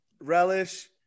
relish